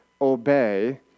obey